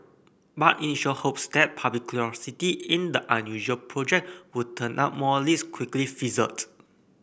but initial hopes that public curiosity in the unusual project would turn up more leads quickly fizzled